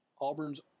Auburn's